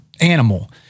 animal